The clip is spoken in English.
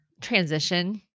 transition